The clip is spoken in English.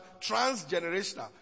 transgenerational